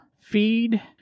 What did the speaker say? feed